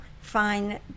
find